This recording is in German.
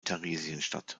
theresienstadt